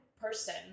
person